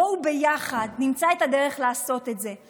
בואו ביחד נמצא את הדרך לעשות את זה.